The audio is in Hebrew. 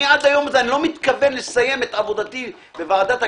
אני לא מתכוון לסיים את עבודתי בוועדת הכלכלה,